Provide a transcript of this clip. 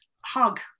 hug